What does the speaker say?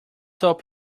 hope